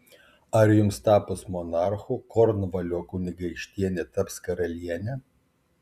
ar jums tapus monarchu kornvalio kunigaikštienė taps karaliene